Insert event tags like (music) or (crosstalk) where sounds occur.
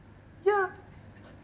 ya (breath)